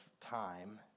time